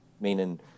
meaning